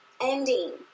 ending